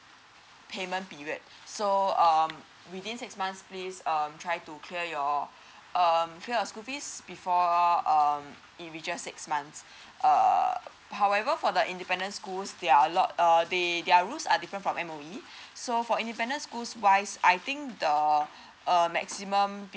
payment period so um within six months please um try to clear your um clear your school fees before um in we just six months uh however for the independent school there're a lot err they their rules are different from M_O_E so for independence schools wise I think the uh maximum